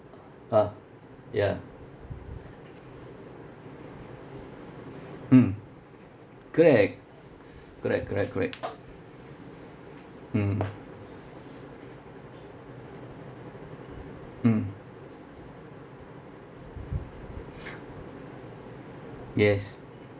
uh ya mm correct correct correct correct mm mm yes